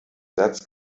satz